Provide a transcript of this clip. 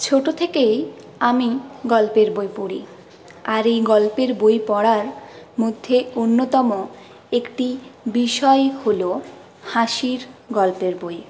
ছোটো থেকেই আমি গল্পের বই পড়ি আর এই গল্পের বই পড়ার মধ্যে অন্যতম একটি বিষয় হল হাসির গল্পের বই